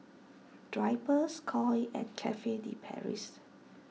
Drypers Koi and Cafe De Paris